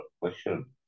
question